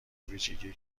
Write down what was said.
ویژگی